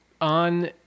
on